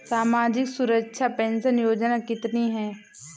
सामाजिक सुरक्षा पेंशन योजना कितनी हैं?